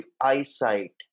eyesight